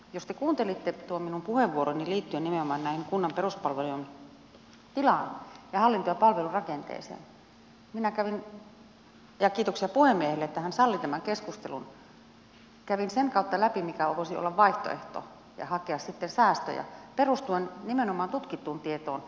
jos te kuuntelitte tuon minun puheenvuoroni liittyen nimenomaan kunnan peruspalvelujen tilaan ja hallinto ja palvelurakenteeseen minä kävin ja kiitoksia puhemiehelle että hän salli tämän keskustelun sen kautta läpi mikä voisi olla vaihtoehto ja mistä voisi hakea sitten säästöjä perustuen nimenomaan tutkittuun tietoon